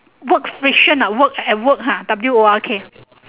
work fiction ah work at work ha W O R K